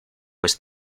was